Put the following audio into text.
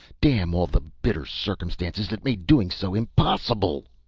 damn all the bitter circumstances that made doing so impossible.